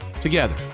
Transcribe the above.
together